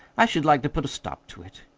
i should like to put a stop to it.